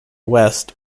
west